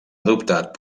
adoptat